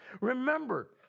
Remember